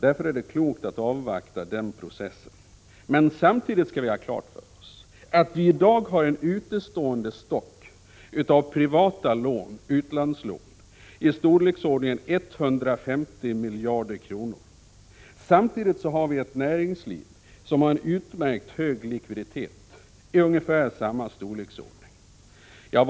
Därför är det klokt att avvakta den processen. Men vi skall ha klart för oss att vi i dag har en utestående stock av privata utlandslån i storleksordningen 150 miljarder kronor, samtidigt som näringslivet har en utmärkt hög likviditet i ungefär samma storleksordning.